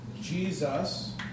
Jesus